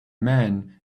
man